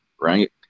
right